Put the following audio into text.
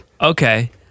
Okay